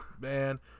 Man